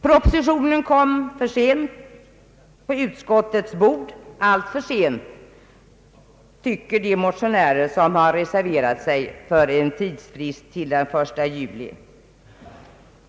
Propositionen kom sent på utskottets bord, alltför sent tycker de motionärer som har reserverat sig för en tidsfrist till den 1 juli 1970.